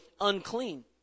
unclean